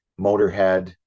Motorhead